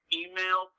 email